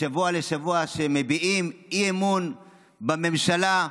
משבוע לשבוע, שמביעים אי-אמון בממשלה,